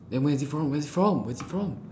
then where is it from where's it from where's it from